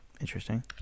interesting